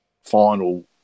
final